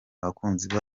abakunzi